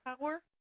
power